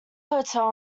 hotel